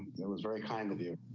yeah it was very kind of you.